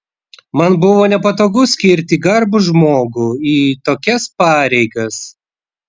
man buvo nepatogu skirti garbų žmogų į tokias pareigas